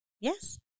Yes